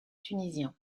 tunisiens